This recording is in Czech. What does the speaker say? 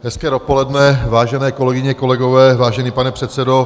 Hezké dopoledne, vážené kolegyně, kolegyně, vážený pane předsedo.